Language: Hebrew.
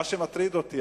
מה שמטריד אותי,